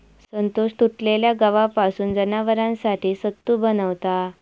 संतोष तुटलेल्या गव्हापासून जनावरांसाठी सत्तू बनवता